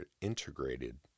integrated